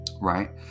right